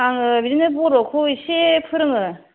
आङो बिदिनो बर'खौ इसे फोरोङो